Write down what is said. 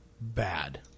bad